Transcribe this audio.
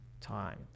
time